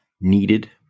needed